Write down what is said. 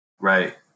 Right